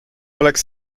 oleks